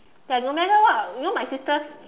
that no matter what you know my sisters